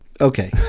Okay